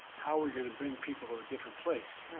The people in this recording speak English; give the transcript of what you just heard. how are we going to bring people to a different place?